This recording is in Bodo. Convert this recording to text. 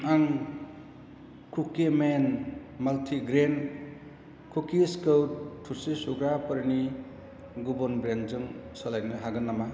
आं कुकिमेन माल्टिग्रेन कुकिसखौ थोरसि सुग्राफोरनि गुबुन ब्रेन्डजों सोलायनो हागोन नामा